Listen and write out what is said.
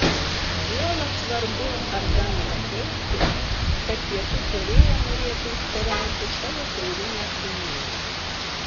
juolab vargu ar galima teigti kad pietų korėja norėtų užkariauti savo šiaurinę kaimynę